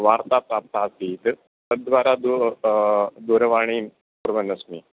वार्ता प्राप्ता आसीत् तद्वारा दू दूरवाणीं कुर्वन्नस्मि